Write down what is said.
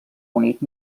unit